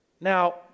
Now